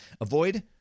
Avoid